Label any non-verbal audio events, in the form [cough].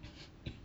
[coughs]